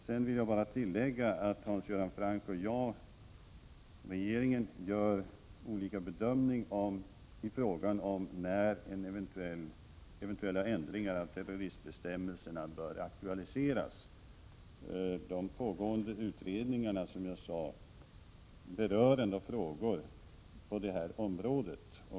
Sedan vill jag bara säga att Hans Göran Franck och regeringen gör olika bedömningar i fråga om när eventuella förändringar i terroristbestämmelserna bör aktualiseras. De pågående utredningar som jag nämnde berör ändå frågor på det här området.